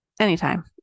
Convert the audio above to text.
anytime